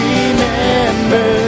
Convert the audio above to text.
Remember